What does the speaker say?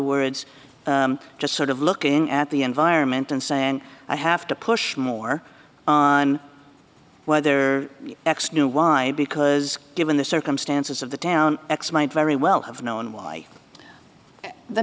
words just sort of looking at the environment and saying i have to push more on whether x knew why because given the circumstances of the town x might very well have known why the